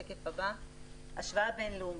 (שקף: השוואה בין-לאומית,